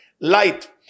light